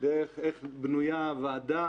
דרך איך בנויה הוועדה.